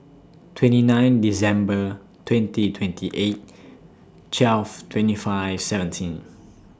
twenty nine December twenty twenty eight twelve twenty five seventeen